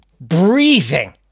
breathing